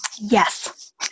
Yes